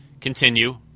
Continue